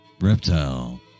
reptile